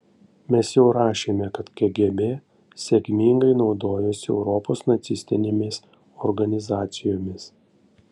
mes jau rašėme kad kgb sėkmingai naudojosi europos nacistinėmis organizacijomis